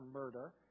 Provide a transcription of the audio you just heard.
murder